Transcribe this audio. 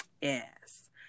Yes